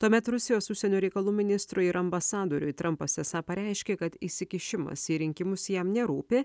tuomet rusijos užsienio reikalų ministrui ir ambasadoriui trampas esą pareiškė kad įsikišimas į rinkimus jam nerūpi